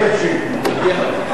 אני אשיב במקום השר.